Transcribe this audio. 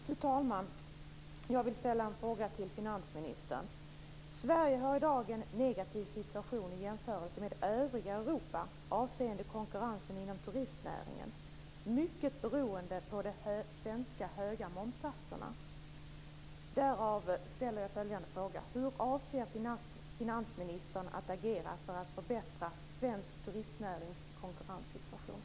Fru talman! Jag vill ställa en fråga till finansministern. Sverige har i dag en negativ situation i jämförelse med övriga Europa avseende konkurrensen inom turistnäringen, mycket beroende på de höga svenska momssatserna. Därav ställer jag följande fråga: Hur avser finansministern att agera för att förbättra svensk turistnärings konkurrenssituation?